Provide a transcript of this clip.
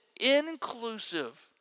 inclusive